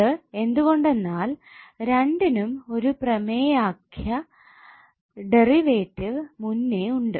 ഇത് എന്തുകൊണ്ടെന്നാൽ രണ്ടിനും ഒരു പ്രമേയാഖ്യ ഡെറിവേറ്റീവ് മുന്നേ ഉണ്ട്